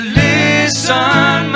listen